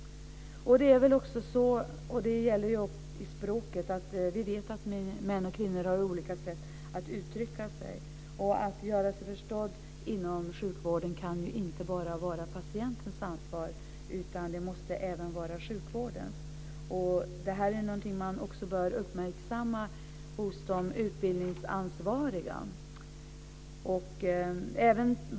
Detta gäller även språket. Vi vet att män och kvinnor har olika sätt att uttrycka sig. Att göra sig förstådd inom sjukvården kan inte bara vara patientens ansvar utan måste även vara sjukvårdens ansvar. Detta är någonting som bör uppmärksammas hos de utbildningsansvariga.